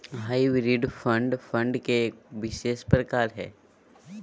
hybrid fund, fund के एक विशेष प्रकार हय